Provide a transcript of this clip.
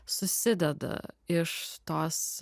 susideda iš tos